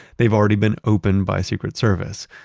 they've already been opened by secret service.